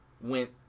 went